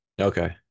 okay